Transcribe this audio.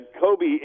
Kobe